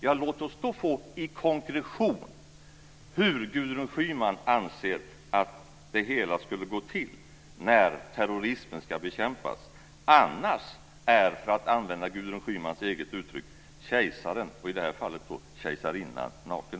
Ja, låt oss då få i konkretion hur Gudrun Schyman anser att det hela skulle gå till när terrorismen ska bekämpas. Annars är, för att använda Gudrun Schymans eget uttryck, kejsaren och i det här fallet kejsarinnan naken.